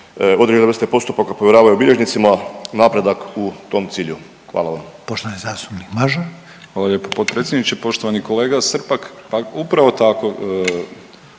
određene vrste postupaka povjeravaju bilježnicima napredak u tom cilju? Hvala vam.